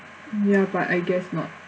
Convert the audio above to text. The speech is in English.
ya but I guess not